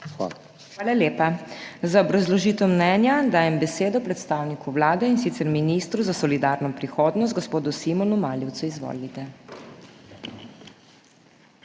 Hvala lepa. Za obrazložitev mnenja dajem besedo predstavniku Vlade, in sicer ministru za solidarno prihodnost, gospodu Simonu Maljevcu. Izvolite.